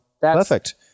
Perfect